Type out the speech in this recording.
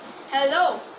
Hello